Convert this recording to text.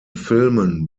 filmen